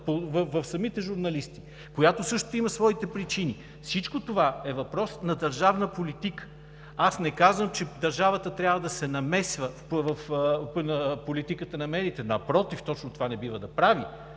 в самите журналисти, която също има своите причини. Всичко това е въпрос на държавна политика. Аз не казвам, че държавата трябва да се намесва в политиката на медиите, напротив точно това не бива да прави,